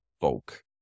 folk